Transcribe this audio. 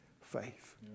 faith